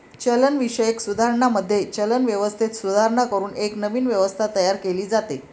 चलनविषयक सुधारणांमध्ये, चलन व्यवस्थेत सुधारणा करून एक नवीन व्यवस्था तयार केली जाते